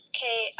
Okay